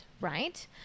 right